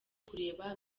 kureba